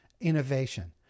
innovation